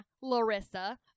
Larissa